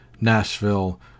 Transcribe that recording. Nashville